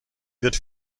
wird